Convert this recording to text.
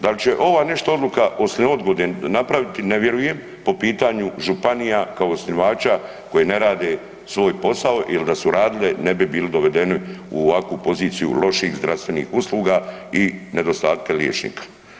Da li će ova nešto odluka poslije odgode napraviti, ne vjerujem, po pitanju županija kao osnivača koje ne rade svoj posao jer da su radile, ne bi bili dovedeni u ovakvu poziciju loših zdravstvenih usluga i nedostatka liječnika.